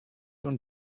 und